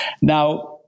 Now